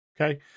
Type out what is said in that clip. Okay